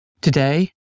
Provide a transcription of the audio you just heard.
Today